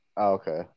Okay